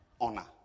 honor